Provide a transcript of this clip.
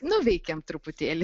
nuveikėm truputėlį